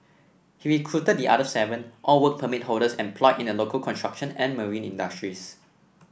he recruited the other seven all Work Permit holders employed in the local construction and marine industries